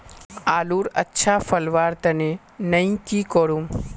आलूर अच्छा फलवार तने नई की करूम?